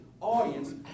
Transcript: audience